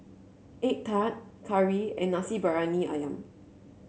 egg tart curry and Nasi Briyani ayam